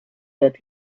that